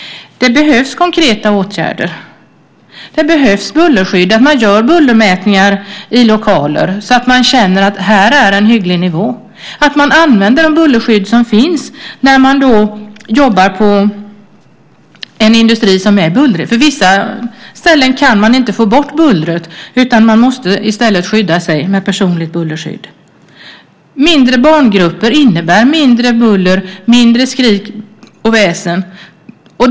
Det behövs konkreta åtgärder. Det behövs bullerskydd. Bullermätningar ska göras i lokaler så att det går att känna att där är en hygglig nivå. De bullerskydd som finns ska användas i bullriga industrier. På vissa ställen går det inte att få bort bullret. Man måste i stället skydda sig med personligt bullerskydd. Mindre barngrupper innebär mindre buller, mindre skrik och väsen.